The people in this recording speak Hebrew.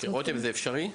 רותם, זה אפשרי?